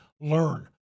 learn